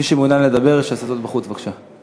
מי שמעוניין לדבר, שיעשה זאת בחוץ בבקשה.